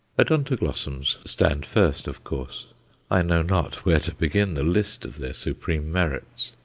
odontoglossums stand first, of course i know not where to begin the list of their supreme merits.